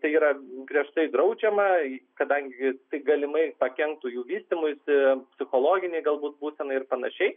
tai yra griežtai draudžiama kadangi tai galimai pakenktų jų vystymuisi psichologinei galbūt būsenai ir panašiai